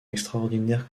extraordinaire